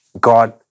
God